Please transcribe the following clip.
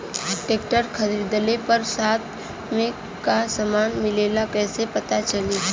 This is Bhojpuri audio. ट्रैक्टर खरीदले पर साथ में का समान मिलेला कईसे पता चली?